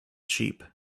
sheep